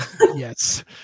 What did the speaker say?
Yes